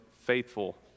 faithful